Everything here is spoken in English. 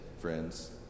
friends